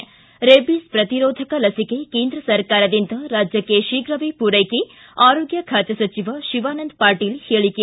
ಿ ರೇಬಿಸ್ ಪ್ರತಿರೋಧಕ ಲಸಿಕೆ ಕೇಂದ್ರ ಸರ್ಕಾರದಿಂದ ರಾಜ್ಯಕ್ಷೆ ಶೀಘವೇ ಮೂರೈಕೆ ಆರೋಗ್ಯ ಖಾತೆ ಸಚಿವ ಶಿವಾನಂದ ಪಾಟೀಲ್ ಹೇಳಿಕೆ